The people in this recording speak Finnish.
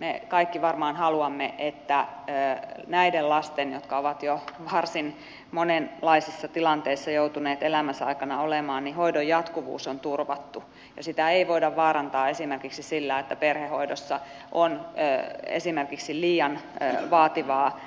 me kaikki varmaan haluamme että näiden lasten jotka ovat jo varsin monenlaisissa tilanteissa joutuneet elämänsä aikana olemaan hoidon jatkuvuus on turvattu ja sitä ei voida vaarantaa esimerkiksi sillä että perhehoidossa on esimerkiksi liian vaativaa